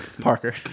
Parker